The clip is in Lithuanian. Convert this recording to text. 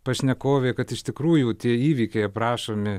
pašnekovė kad iš tikrųjų tie įvykiai aprašomi